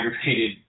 aggravated